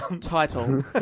title